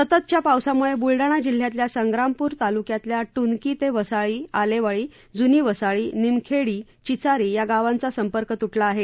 सततच्या पावसामुळे बुलडाणा जिल्ह्यातल्या संप्रामपूर तालुक्यातल्या टुनकी ते वसाळी आलेवाळी जुनी वसाळी निमखेडी चीचारी या गावांचा संपर्क तुटला आहे